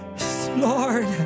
Lord